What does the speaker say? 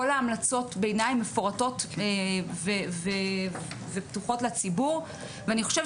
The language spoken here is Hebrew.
כל המלצות הביניים מפורטות ופתוחות לציבור ואני חושבת